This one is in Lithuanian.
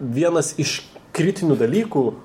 vienas iš kritinių dalykų